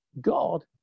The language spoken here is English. God